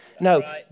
No